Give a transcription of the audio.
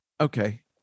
Okay